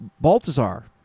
Baltazar